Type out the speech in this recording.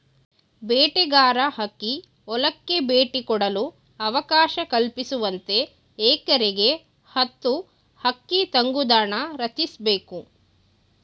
ಬೇಟೆಗಾರ ಹಕ್ಕಿ ಹೊಲಕ್ಕೆ ಭೇಟಿ ಕೊಡಲು ಅವಕಾಶ ಕಲ್ಪಿಸುವಂತೆ ಎಕರೆಗೆ ಹತ್ತು ಹಕ್ಕಿ ತಂಗುದಾಣ ರಚಿಸ್ಬೇಕು